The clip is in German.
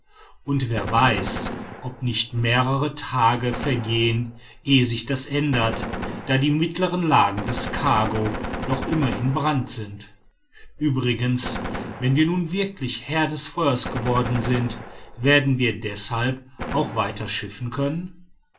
und wer weiß ob nicht mehrere tage vergehen ehe sich das ändert da die mittleren lagen des cargo noch immer in brand sind uebrigens wenn wir nun wirklich herr des feuers geworden sind werden wir deshalb auch weiter schiffen können